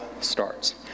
starts